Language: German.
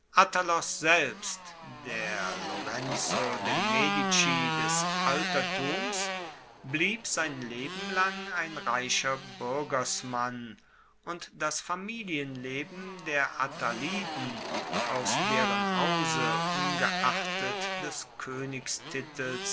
attalos selbst der lorenzo de medici des altertums blieb sein lebelang ein reicher buergersmann und das familienleben der attaliden aus deren hause ungeachtet des